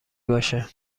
باشه